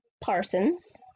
Parsons